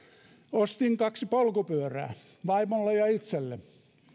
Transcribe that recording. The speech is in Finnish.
ostin kaksi polkupyörää vaimolle ja itselleni